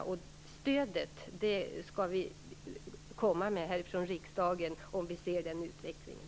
Vi skall ge stöd här från riksdagen, om vi ser den utvecklingen.